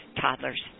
toddlers